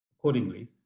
accordingly